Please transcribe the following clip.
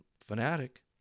fanatic